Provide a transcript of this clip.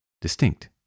distinct